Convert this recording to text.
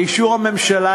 באישור הממשלה,